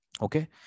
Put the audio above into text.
Okay